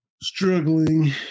Struggling